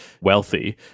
wealthy